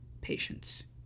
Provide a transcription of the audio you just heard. patients